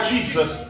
Jesus